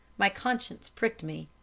my conscience pricked me.